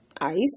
ice